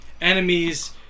enemies